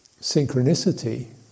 synchronicity